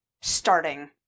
starting